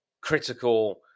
critical